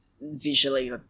visually